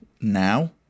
now